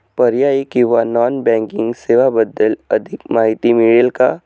पर्यायी किंवा non banking सेवांबद्दल अधिक माहिती मिळेल का?